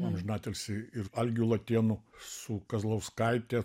amžinatilsį ir algiu latėnu su kazlauskaite